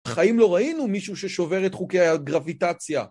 חיים לא ראינו מישהו ששובר את חוקי הגרביטציה.